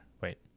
Wait